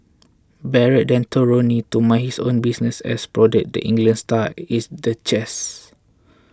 barrett then told Rooney to mind his own business and prodded the England star is the chest